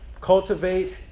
cultivate